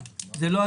זה לא הצו הזה.